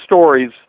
stories